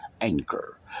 Anchor